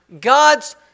God's